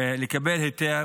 לקבל היתר.